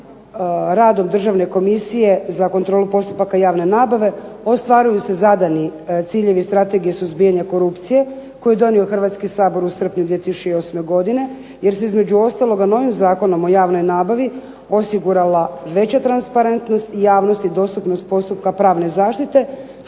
radom Državne komisije za kontrolu postupaka javne nabave ostvaruju se zadani ciljevi Strategije suzbijanja korupcije koju je donio Hrvatski sabor u srpnju 2008. godine, jer se između ostaloga novim Zakonom o javnoj nabavi osigurala veća transparentnost i javnosti dostupnost postupka pravne zaštite